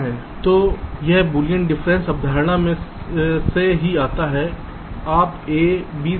तो यह बूलियन अंतर अवधारणा से भी आता है आप a b देखते हैं